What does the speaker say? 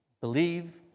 believe